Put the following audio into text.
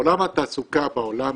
עולם התעסוקה בעולם